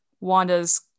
Wanda's